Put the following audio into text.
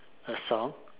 a song